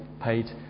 paid